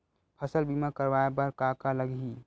फसल बीमा करवाय बर का का लगही?